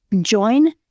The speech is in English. Join